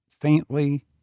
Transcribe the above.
faintly